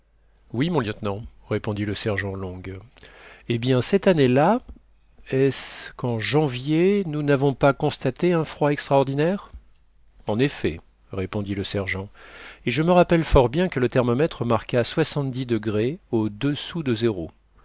oui mon lieutenant répondit le sergent long eh bien cette année-là est-ce qu'en janvier nous n'avons pas constaté un froid extraordinaire en effet répondit le sergent et je me rappelle fort bien que le thermomètre marqua soixante-dix degrés au-dessous de zéro